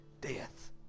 Death